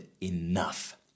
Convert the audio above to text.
enough